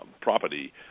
property